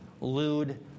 lewd